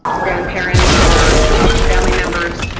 grandparents or family members.